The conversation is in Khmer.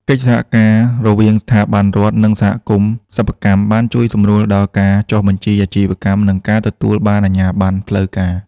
កិច្ចសហការរវាងស្ថាប័នរដ្ឋ និងសហគមន៍សិប្បកម្ម បានជួយសម្រួលដល់ការចុះបញ្ជីអាជីវកម្ម និងការទទួលបានអាជ្ញាបណ្ណផ្លូវការ។